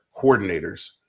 coordinators